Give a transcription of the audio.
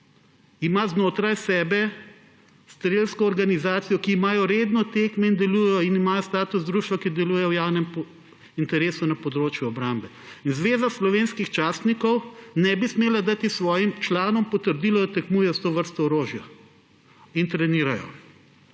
ima znotraj sebe strelsko organizacijo. Oni imajo redno tekme in delujejo, imajo status društva, ki deluje v javnem interesu na področju obrambe − in Zveza slovenskih častnikov ne bi smela dati svojim članom potrdila, da trenirajo in tekmujejo s to vrsto orožja? Tukaj